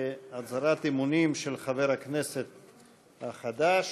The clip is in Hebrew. להצהרת אמונים של חבר הכנסת החדש.